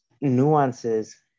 nuances